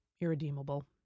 irredeemable